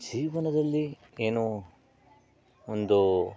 ಜೀವನದಲ್ಲಿ ಏನೋ ಒಂದು